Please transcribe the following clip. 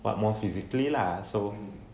but more physically lah so